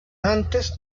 antes